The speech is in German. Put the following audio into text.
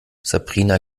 sabrina